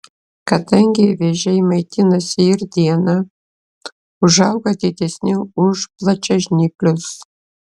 kadangi vėžiai maitinasi ir dieną užauga didesni už plačiažnyplius